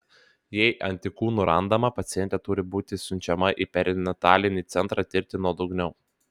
jei antikūnų randama pacientė turi būti siunčiama į perinatalinį centrą tirti nuodugniau